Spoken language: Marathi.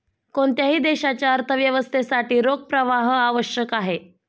कोणत्याही देशाच्या अर्थव्यवस्थेसाठी रोख प्रवाह आवश्यक आहे